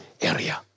area